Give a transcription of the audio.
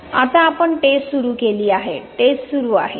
आता आपण टेस्ट सुरू केली आहे टेस्ट सुरू आहे